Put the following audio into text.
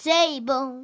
Table